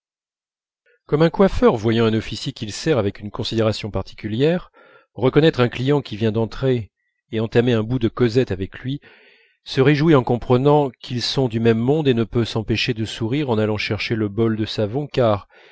comme un coiffeur voyant un officier qu'il sert avec une considération particulière reconnaître un client qui vient d'entrer et entamer un bout de causette avec lui se réjouit en comprenant qu'ils sont du même monde et ne peut s'empêcher de sourire en allant chercher le bol de savon car